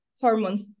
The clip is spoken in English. hormones